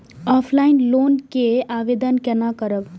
Offline loan के आवेदन केना करब?